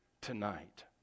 tonight